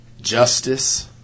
Justice